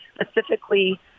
specifically